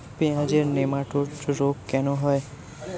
পেঁয়াজের নেমাটোড রোগ কেন হয়?